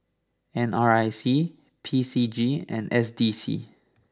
N R I C P C G and S D C